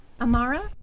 Amara